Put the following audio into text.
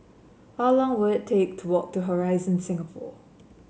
how long will it take to walk to Horizon Singapore